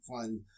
find